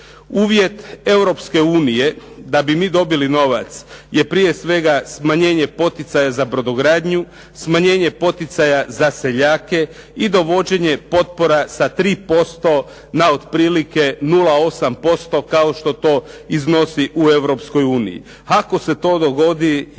unije da bi mi dobili novac je prije svega smanjenje poticaja za brodogradnju, smanjenje poticaja za seljake, i dovođenje potpora sa 3% na otprilike 0,8% kao što to iznosi u Europskoj uniji. Ako se to dogodi ja se